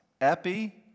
epi